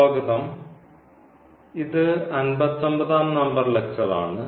സ്വാഗതം ഇത് 59 ആം നമ്പർ ലെക്ചർ ആണ്